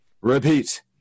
Repeat